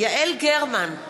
יעל גרמן,